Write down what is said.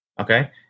okay